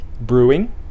Brewing